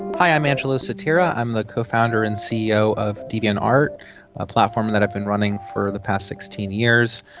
i'm angelo sotira, i'm the co-founder and ceo of deviantart, a platform that i've been running for the past sixteen years.